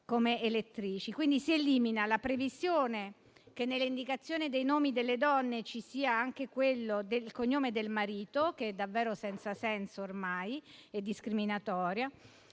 Quindi, si elimina la previsione che nelle indicazioni dei nomi delle donne ci sia anche quello del cognome del marito, cosa che è davvero senza senso ormai e discriminatoria,